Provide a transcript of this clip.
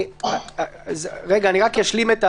אני רק אשלים.